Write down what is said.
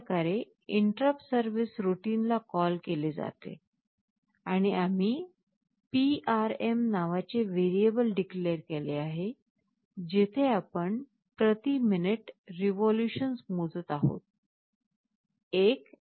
अशाप्रकारे interrupt service रूटीनला call केल जाते आणि आम्ही PRM नावाचे व्हेरिएबल declare केले आहे जिथे आपण प्रति मिनिट रिव्होल्यूशन्स मोजत आहोत